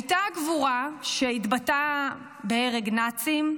הייתה גבורה שהתבטאה בהרג נאצים,